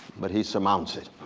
but he surmounts it.